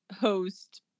host